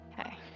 Okay